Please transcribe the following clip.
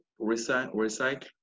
recycle